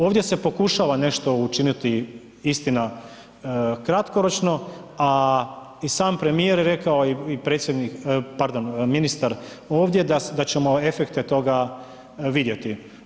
Ovdje se pokušava nešto učiniti, istina kratkoročno a i sam premijer je rekao i predsjednik, pardon, ministar ovdje, da se ćemo efekte toga vidjeti.